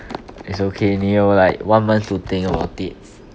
it's okay 你有 like one month to think about it